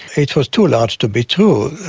it was too large to be true,